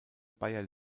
bayer